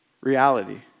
reality